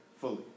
fully